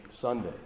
Sunday